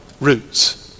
roots